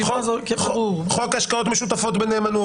חוק השקעות משותפות בנאמנות,